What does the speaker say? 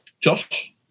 Josh